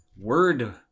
word